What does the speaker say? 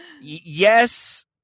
yes